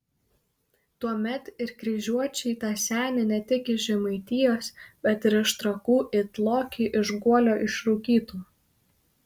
tuomet ir kryžiuočiai tą senį ne tik iš žemaitijos bet ir iš trakų it lokį iš guolio išrūkytų